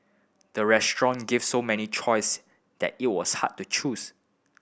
the restaurant gave so many choice that it was hard to choose